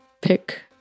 pick